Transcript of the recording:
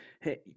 hey